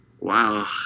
Wow